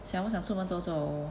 想不想出门走走